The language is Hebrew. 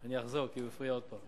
אני אחזור, כי הוא הפריע עוד פעם.